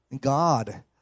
God